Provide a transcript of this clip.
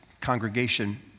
congregation